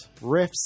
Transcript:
Riffs